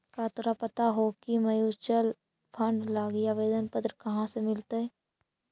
का तोरा पता हो की म्यूचूअल फंड लागी आवेदन पत्र कहाँ से मिलतई?